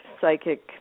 psychic